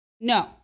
No